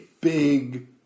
big